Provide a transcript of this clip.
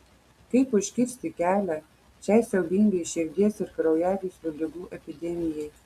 kaip užkirsti kelią šiai siaubingai širdies ir kraujagyslių ligų epidemijai